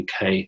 UK